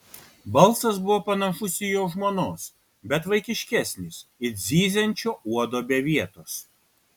balsas buvo panašus į jo žmonos bet vaikiškesnis it zyziančio uodo be vietos